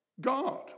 God